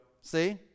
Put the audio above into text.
See